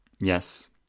Yes